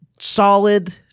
solid